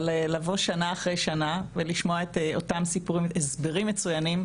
אבל לבוא שנה אחרי שנה ולשמוע את אותם הסברים מצוינים,